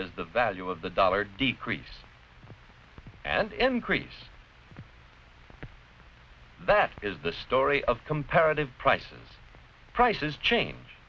does the value of the dollar decrease and increase that is the story of comparative prices prices change